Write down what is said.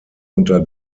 unter